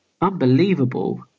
unbelievable